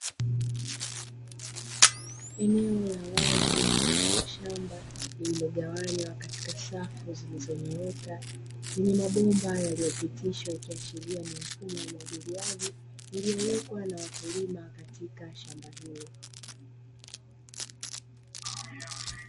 Eneo la wazi mfano wa shamba lililogawanywa katika safu zilizonyooka, zenye mabomba yaliyopitishwa yakiashiria ni mfumo wa umwagiliaji uliowekwa na wakulima katika shamba hilo.